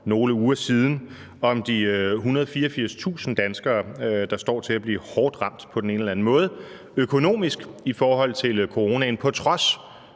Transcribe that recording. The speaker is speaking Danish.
nogle uger siden om de 184.000 danskere, der står til at blive hårdt ramt økonomisk på den ene eller den anden måde i forhold til coronaen – på trods